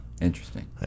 interesting